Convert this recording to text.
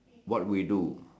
what we do